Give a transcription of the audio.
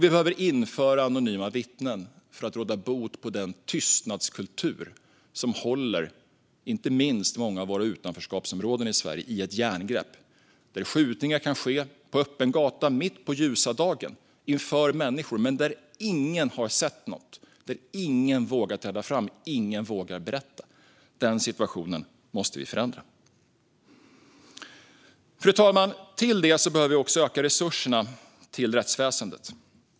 Vi behöver även införa anonyma vittnen för att råda bot på den tystnadskultur som håller inte minst många av våra utanförskapsområden i Sverige i ett järngrepp. Skjutningar kan ske på öppen gata mitt på ljusan dag inför människor, men ingen har sett något, ingen vågar träda fram och ingen vågar berätta. Den situationen måste vi förändra. Fru talman! Dessutom behöver vi öka resurserna till rättsväsendet.